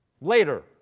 later